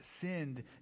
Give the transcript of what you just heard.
sinned